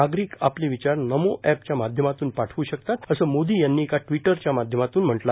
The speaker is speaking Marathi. नागरिक आपले विचार नमो अँपच्या माध्यमातून पाठवू कतात असं मोदी यांनी एका ट्रिवटरच्या माध्यमातून सांगितलं